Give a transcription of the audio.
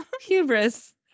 Hubris